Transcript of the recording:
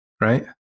right